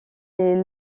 les